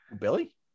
Billy